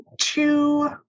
two